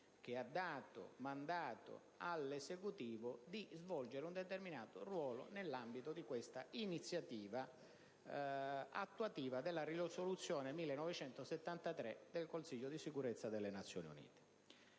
che ha dato mandato all'Esecutivo di svolgere un determinato ruolo nell'ambito di questa iniziativa di attuazione della risoluzione n. 1973 del Consiglio di sicurezza delle Nazioni Unite.